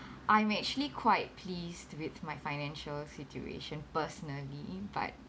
I'm actually quite pleased with my financial situation personally but